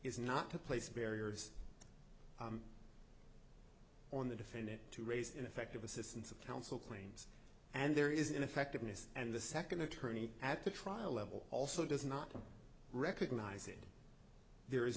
is not to place barriers on the defendant to raise ineffective assistance of counsel claim and there is ineffectiveness and the second attorney at the trial level also does not recognize it there is